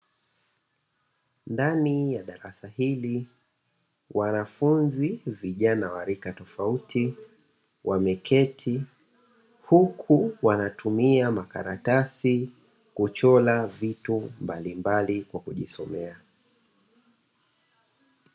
Ndani ya darasa hili wanafunzi vijana wa rika tofauti wameketi, huku wanatumia makaratasi kuchora vitu mbalimbali kwa kujisomea.